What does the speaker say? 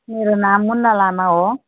मेरो नाम मुन्ना लामा हो